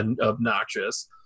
obnoxious